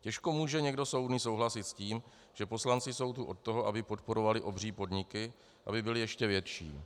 Těžko může někdo soudný souhlasit s tím, že poslanci jsou tu od toho, aby podporovali obří podniky, aby byly ještě větší.